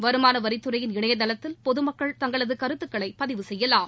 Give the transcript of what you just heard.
வருமான வரித்துறையின் இணையதளத்தில் பொதுமக்கள் தங்களது கருத்துக்களை பதிவு செய்யலாம்